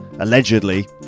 Allegedly